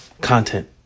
content